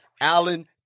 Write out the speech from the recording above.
Allen